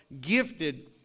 gifted